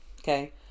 Okay